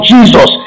Jesus